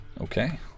Okay